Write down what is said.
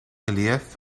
relief